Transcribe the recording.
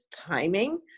timing